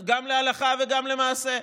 גם להלכה וגם למעשה.